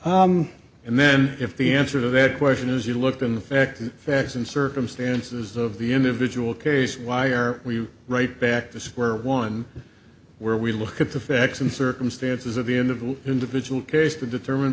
law and then if the answer to that question is you look in the facts facts and circumstances of the individual case why are we right back to square one where we look at the facts and circumstances of the end of the individual case to determine